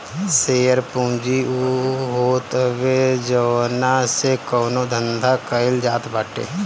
share पूंजी उ होत हवे जवना से कवनो धंधा कईल जात बाटे